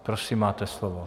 Prosím, máte slovo.